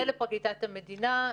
המשנה לפרקליטת המדינה.